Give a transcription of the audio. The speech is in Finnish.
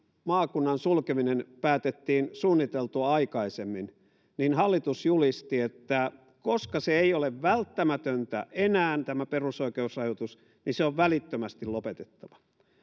maakunnan sulkeminen päätettiin suunniteltua aikaisemmin niin hallitus julisti että koska se ei ole välttämätöntä enää tämä perusoikeusrajoitus niin se on välittömästi lopetettava